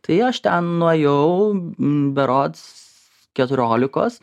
tai aš ten nuėjau berods keturiolikos